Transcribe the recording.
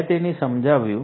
મેં તેને સમજાવ્યું